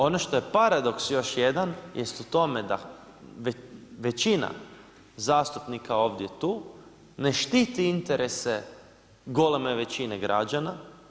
Ono što je paradoks još jedan, jest u tome da većina zastupnika ovdje tu, ne štiti interese goleme većine građana.